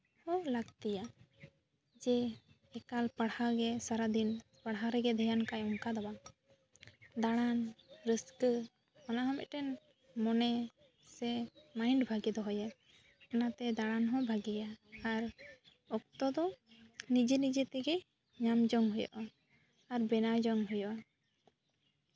ᱦᱚᱸ ᱞᱟᱹᱠᱛᱤᱭᱟ ᱡᱮ ᱮᱠᱟᱞ ᱯᱟᱲᱦᱟᱣ ᱜᱮ ᱥᱟᱨᱟᱫᱤᱱ ᱯᱟᱲᱦᱟᱣ ᱨᱮᱜᱮ ᱫᱷᱮᱭᱟᱱ ᱠᱟᱜᱼᱟᱭ ᱚᱱᱠᱟ ᱫᱚ ᱵᱟᱝ ᱫᱟᱬᱟᱱ ᱨᱟᱹᱥᱠᱟᱹᱚᱱᱟ ᱦᱚᱸ ᱢᱤᱫᱴᱮᱱ ᱢᱚᱱᱮ ᱥᱮ ᱢᱟᱭᱤᱱᱰ ᱵᱷᱟᱹᱜᱤ ᱫᱚᱦᱚᱭᱟᱭ ᱚᱱᱟᱛᱮ ᱫᱟᱬᱟᱱ ᱦᱚᱸ ᱵᱷᱟᱹᱜᱤᱭᱟ ᱟᱨ ᱚᱠᱛᱚ ᱫᱚ ᱱᱤᱡᱮ ᱱᱤᱡᱮ ᱛᱮᱜᱮ ᱧᱟᱢ ᱡᱚᱝ ᱦᱩᱭᱩᱜᱼᱟ ᱟᱨ ᱵᱮᱱᱟᱣ ᱡᱚᱝ ᱦᱩᱭᱩᱜᱼᱟ